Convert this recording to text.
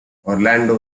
orlando